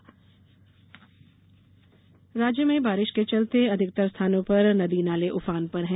मौसम राज्य में बारिश के चलते अधिकतर स्थानों पर नदी नाले उफान पर हैं